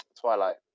Twilight